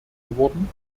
geworden